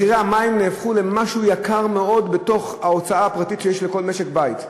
המים נהפכו למשהו יקר מאוד בהוצאה הפרטית של כל משק-בית.